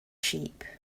sheep